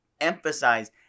emphasize